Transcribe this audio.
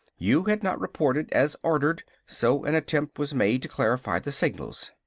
you had not reported, as ordered, so an attempt was made to clarify the signals.